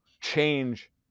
change